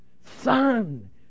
son